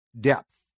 depth